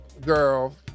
girl